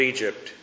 Egypt